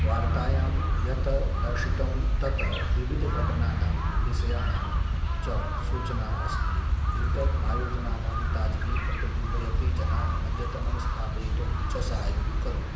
वार्तायां यत् दर्शितं तत् विविधघटनानां विषयाणां च सूचना अस्ति एतत् आयोजनानां ताजगी प्रतिबिम्बयति जनान् अद्यतनं स्थापयितुं च सहायं करोति